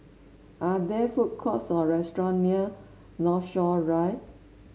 are there food courts or restaurant near Northshore Drive